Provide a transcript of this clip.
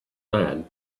man